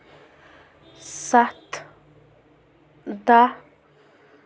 سَتھ دَہ